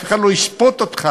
אף אחד לא ישפוט אותך,